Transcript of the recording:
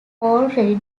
already